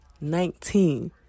Nineteen